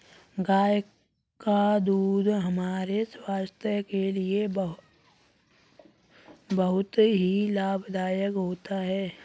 गाय का दूध हमारे स्वास्थ्य के लिए बहुत ही लाभदायक होता है